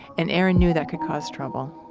and erin knew that could cause trouble